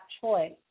choice